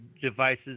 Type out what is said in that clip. devices